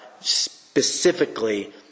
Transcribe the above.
specifically